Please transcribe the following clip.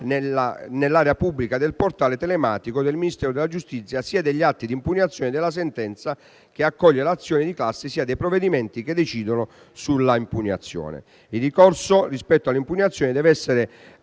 nell'area pubblica del portale telematico del Ministero della giustizia, sia degli atti di impugnazione della sentenza che accoglie l'azione di classe, sia dei provvedimenti che decidono sulle impugnazioni. Il ricorso rispetto alle impugnazioni deve essere